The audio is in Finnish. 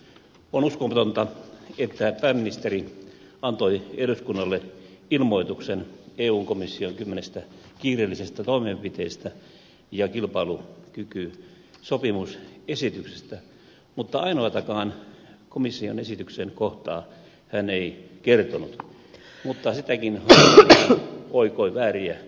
on uskomatonta että pääministeri antoi eduskunnalle ilmoituksen eun komission kymmenestä kiireellisestä toimenpiteestä ja kilpailukykysopimusesityksestä mutta ainoatakaan komission esityksen kohtaa hän ei kertonut mutta sitäkin hanakammin oikoi vääriä käsityksiä